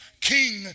King